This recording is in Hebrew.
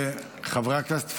חבר הכנסת פוגל.